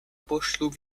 pošlu